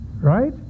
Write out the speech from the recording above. Right